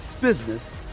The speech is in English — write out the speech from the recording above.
business